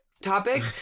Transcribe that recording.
topic